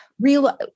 real